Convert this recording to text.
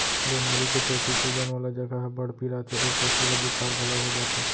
बेमारी के सेती सूजन वाला जघा ह बड़ पिराथे अउ पसु ल बुखार घलौ हो जाथे